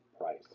price